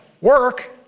work